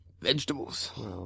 Vegetables